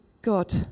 God